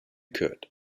could